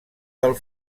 del